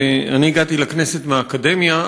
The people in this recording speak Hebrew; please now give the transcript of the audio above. אני הגעתי לכנסת מהאקדמיה,